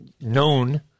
known